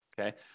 okay